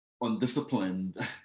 undisciplined